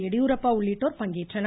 எடியூரப்பா உள்ளிட்டோர் பங்கேற்றனர்